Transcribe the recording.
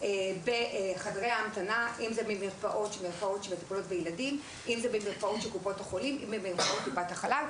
בחדרי ההמתנה של מרפאות קופות החולים וטיפות חלב.